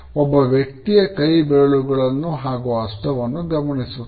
ಒಬ್ಬ ವ್ಯಕ್ತಿಯ ಕೈ ಬೆರಳುಗಳು ಹಾಗೂ ಹಸ್ತವನ್ನೂ ಗಮನಿಸುತ್ತದೆ